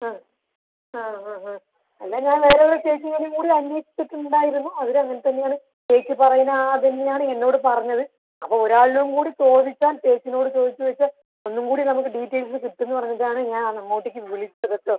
ആ ആ ആ ആ എന്നാൽ ഞാൻ വേറെ ഒര് ചേച്ചീനോടും കൂടി അന്വേഷിച്ചിട്ടുണ്ടായിരുന്നു അവര് അങ്ങനത്തന്നെ ആണ് ചേച്ചി പറയുന്ന ആ അതുതന്നെ ആണ് എന്നോടും പറഞ്ഞത് അപ്പോൾ ഒരാളും കൂടി ചോദിച്ചാൽ ചേച്ചീനോട് ചോദിച്ച് വെച്ചാൽ ഒന്നും കൂടി നമുക്ക് ഡീറ്റെയിൽസ് കിട്ടുമെന്ന് പറഞ്ഞിട്ട് ആണ് ഞാൻ അങ്ങോട്ടേക്ക് വിളിച്ചത് കേട്ടോ